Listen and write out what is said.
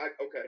okay